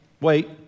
wait